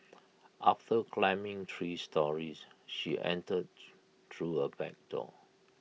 after climbing three storeys she entered through A back door